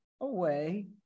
away